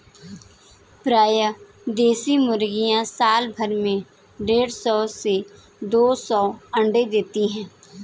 प्रायः देशी मुर्गियाँ साल भर में देढ़ सौ से दो सौ अण्डे देती है